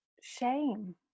shame